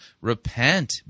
repent